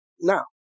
Now